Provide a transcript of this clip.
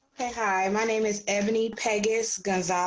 hi, my name is ebony pegasus